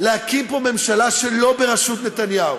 להקים פה ממשלה שלא בראשות נתניהו